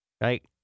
right